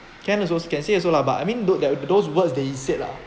can also can say also lah but I mean those that those words that he said lah